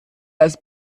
das